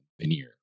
veneer